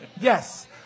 Yes